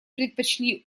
предпочли